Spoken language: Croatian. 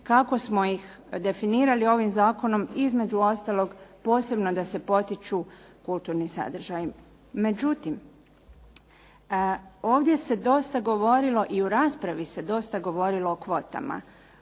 kako smo ih definirali ovim zakonom između ostalog posebno da se potiču kulturni sadržaji. Međutim, ovdje se dosta govorilo i u raspravi se dosta govorilo o kvotama.